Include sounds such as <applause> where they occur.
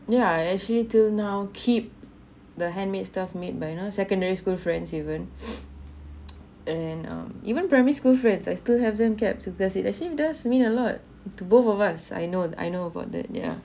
yeah I actually till now keep the handmade stuff made by you know secondary school friends even <breath> and um even primary school friends I still have them kept because it actually does mean a lot to both of us I know I know about that yeah